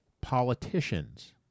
politicians